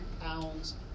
pounds